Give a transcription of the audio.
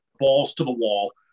balls-to-the-wall